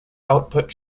output